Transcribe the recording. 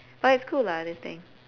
but it's cool lah this thing